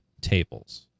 tables